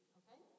okay